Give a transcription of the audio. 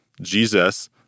Jesus